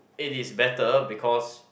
it is better because